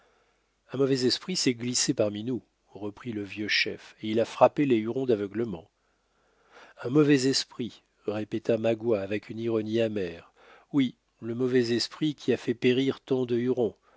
un mauvais esprit s'est glissé parmi nous reprit le vieux chef et il a frappé les hurons d'aveuglement un mauvais esprit répéta magua avec une ironie amère oui le mauvais esprit qui a fait périr tant de